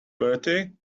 bertie